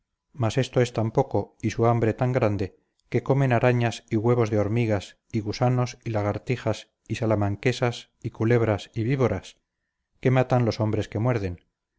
mas esto es tan poco y su hambre tan grande que comen arañas y huevos de hormigas y gusanos y lagartijas y salamanquesas y culebras y víboras que matan los hombres que muerden